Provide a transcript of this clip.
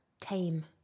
Tame